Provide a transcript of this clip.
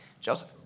Joseph